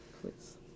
Please